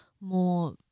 more